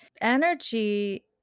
energy